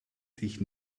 sich